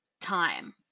time